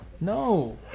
No